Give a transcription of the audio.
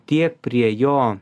tiek prie jo